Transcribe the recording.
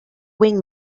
wing